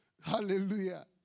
Hallelujah